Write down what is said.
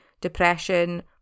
depression